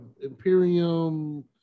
Imperium